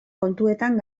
kontuetan